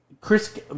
Chris